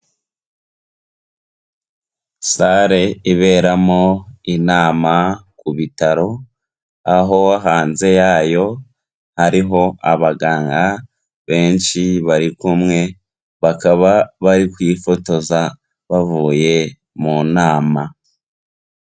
Sale iberamo inama ku bitaro, aho hanze yayo hariho abaganga benshi bari kumwe bakaba bari kwifotoza bavuye mu nama.